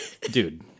dude